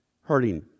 hurting